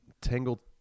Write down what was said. Tangled